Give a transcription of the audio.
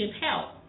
help